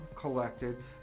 collected